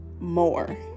more